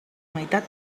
meitat